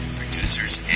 producers